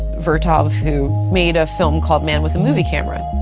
vertov, who made a film called man with a movie camera.